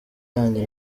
yanjye